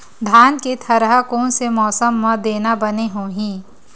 धान के थरहा कोन से मौसम म देना बने होही?